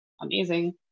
amazing